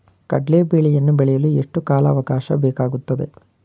ಕಡ್ಲೆ ಬೇಳೆಯನ್ನು ಬೆಳೆಯಲು ಎಷ್ಟು ಕಾಲಾವಾಕಾಶ ಬೇಕಾಗುತ್ತದೆ?